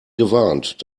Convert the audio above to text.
gewarnt